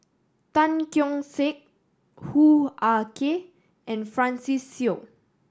Tan Keong Saik Hoo Ah Kay and Francis Seow